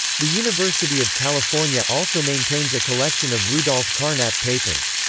the university of california also maintains a collection of rudolf carnap papers.